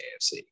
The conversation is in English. AFC